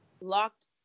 locked